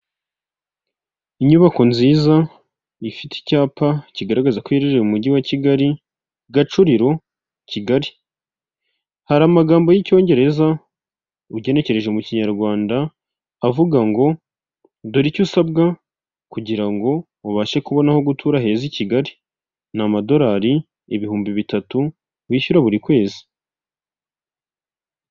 Inyubako nziza ifite icyapa kigaragaza ko iherereye mu mujyi wa Kigali, Gacuriro Kigali, hari amagambo y'icyongereza ugenekereje mu kinyarwanda avuga ngo dore icyo usabwa kugira ubashe kubona aho gutura heza i Kigali, ni amadorari ibihumbi bitatu wishyura buri kwezi.